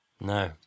No